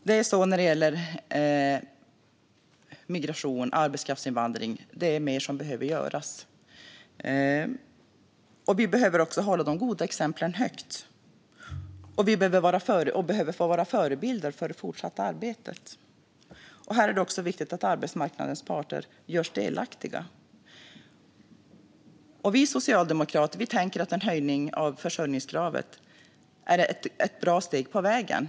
Fru talman! Det är mer som behöver göras i fråga om migration och arbetskraftsinvandring. Vi behöver hålla de goda exemplen högt och vara förebilder för det fortsatta arbetet. Det är även viktigt att arbetsmarknadens parter görs delaktiga. Vi socialdemokrater anser att en höjning av försörjningskravet är ett bra steg på vägen.